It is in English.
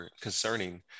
concerning